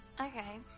Okay